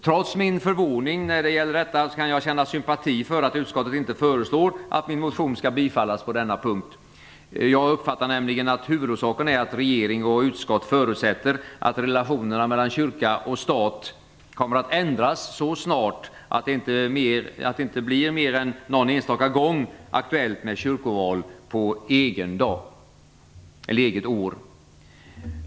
Trots min förvåning när det gäller detta, kan jag känna sympati för att utskottet inte föreslår att min motion skall bifallas på denna punkt. Jag uppfattar nämligen att huvudorsaken är att regering och utskott förutsätter att relationerna mellan kyrka och stat kommer att ändras så snart att det inte mer än någon enstaka gång blir aktuellt med kyrkoval ett "eget år".